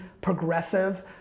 progressive